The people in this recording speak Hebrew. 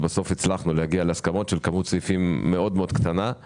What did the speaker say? ובסוף הצלחנו להגיע להסכמות על כמות סעיפים קטנה מאוד